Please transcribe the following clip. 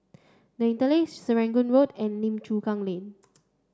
the Interlace Serangoon Road and Lim Chu Kang Lane